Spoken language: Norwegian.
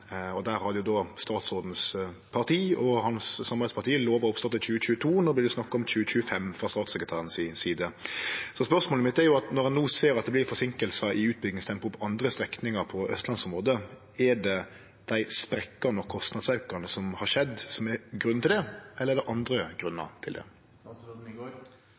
Der har partiet til statsråden og samarbeidspartiet hans lova oppstart i 2022, no vert det snakka om 2025 frå statssekretæren si side. Spørsmålet mitt, når ein no ser at det vert forseinkingar i utbyggingstempoet på andre strekningar på austlandsområdet, er: Er det dei sprekkane og kostnadsaukane som har skjedd, som er grunnen til det? Eller er det andre grunnar til